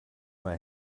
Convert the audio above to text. mal